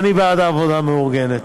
ואני בעד העבודה המאורגנת.